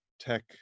tech